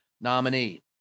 nominee